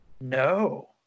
No